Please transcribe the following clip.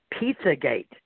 Pizzagate